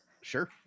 Sure